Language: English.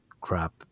crap